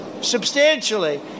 substantially